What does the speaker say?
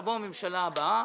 תבוא הממשלה הבאה,